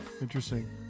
Interesting